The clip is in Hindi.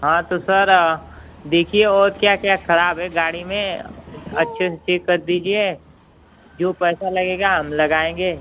हाँ तो सर देखिए और क्या क्या खराब है गाड़ी में अच्छे से चेक कर दीजिए जो पैसा लगेगा हम लगाएंगे